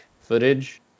footage